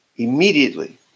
Immediately